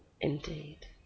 Indeed